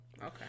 Okay